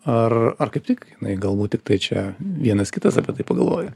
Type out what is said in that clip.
ar ar kaip tik jinai galbūt tiktai čia vienas kitas apie tai pagalvoja